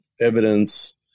evidence